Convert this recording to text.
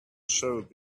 showed